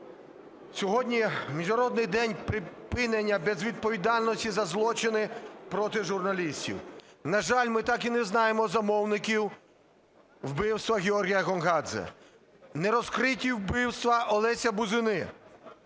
Сьогодні Міжнародний день припинення безвідповідальності за злочини проти журналістів. На жаль, ми так і не знаємо замовників вбивства Георгія Гонгадзе. Не розкриті вбивства Олеся Бузини,